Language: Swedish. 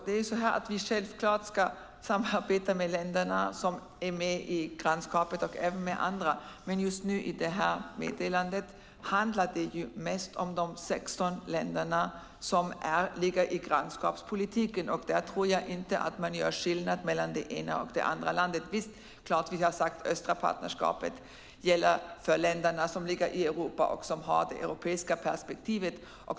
Fru talman! Vi ska självfallet samarbeta med de länder som är med i grannskapet och även med andra, men det här meddelandet handlar mest om de 16 länder som ingår i grannskapspolitiken. Jag tror inte att man gör skillnad mellan det ena och det andra landet där. Vi har sagt att det östra partnerskapet gäller för de länder som ligger i Europa och som har det europeiska perspektivet.